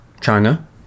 China